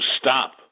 stop